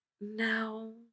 No